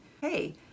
Hey